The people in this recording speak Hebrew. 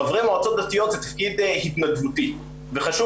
חברי מועצות דתיות זה תפקיד התנדבותי וחשוב